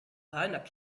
reiner